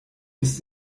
ist